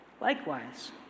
Likewise